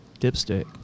dipstick